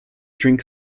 drink